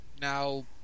now